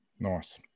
Nice